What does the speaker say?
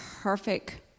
perfect